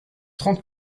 trente